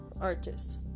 artist